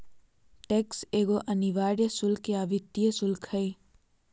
tax एगो अनिवार्य शुल्क या वित्तीय शुल्क हइ